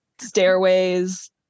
stairways